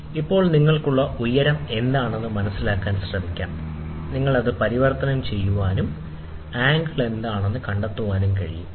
ഇപ്പോൾ നിങ്ങൾക്കുള്ളത് ഉയരം എന്താണെന്ന് മനസിലാക്കാൻ ശ്രമിക്കാം ഉയരത്തിൽ നിന്ന് നിങ്ങൾക്ക് ഇത് പരിവർത്തനം ചെയ്യാനും ആംഗിൾ എന്താണെന്ന് കണ്ടെത്താനും കഴിയും ശരി